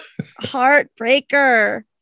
Heartbreaker